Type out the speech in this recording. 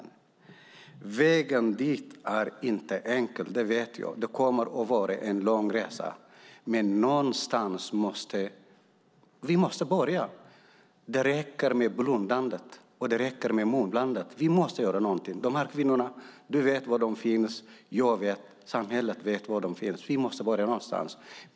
Vägen dit är inte enkel, det vet jag. Det kommer att vara en lång resa, men någonstans måste vi börja. Det är nog med blundande och mumlande. Vi måste göra någonting. Vi vet var dessa kvinnor finns. Samhället vet var de finns. Därför måste vi börja någonstans.